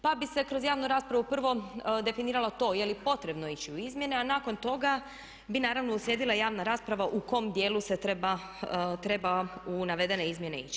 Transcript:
Pa bi se kroz javnu raspravu prvo definiralo to je li potrebno ići u izmjene a nakon toga bi naravno uslijedila javna rasprava u kome dijelu se treba, treba u navedene izmjene ići.